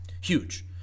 Huge